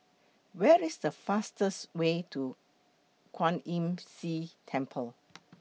Where IS The fastest Way to Kwan Imm See Temple